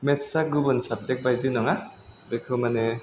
मेत्सआ गुबुन साबजेग बायदि नङा बेखौ माने